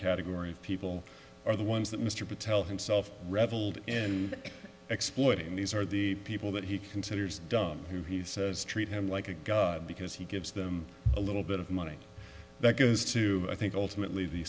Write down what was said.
category of people are the ones that mr patel himself reveled and exploit and these are the people that he considers dumb who he says treat him like a god because he gives them a little bit of money that goes to i think ultimately the